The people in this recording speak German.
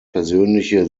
persönliche